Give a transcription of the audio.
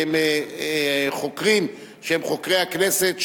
מחוקרים שהם חוקרי הכנסת,